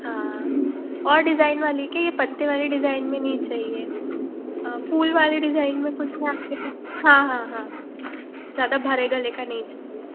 हाँ और डिज़ाइन वाली है क्या ये पत्ते वाली डिज़ाइन में नहीं चाहिए फूल वाली डिज़ाइन में कुछ है आपके पास हाँ हाँ हाँ ज़्यादा भरे गले का नहीं चाहिए